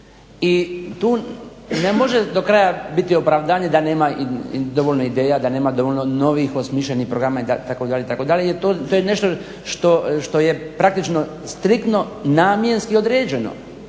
I tu ne može do kraja biti opravdanje da nema dovoljno ideja, da nema dovoljno novih osmišljenih programa itd. itd. Jer to je nešto što je praktično striktno namjenski određeno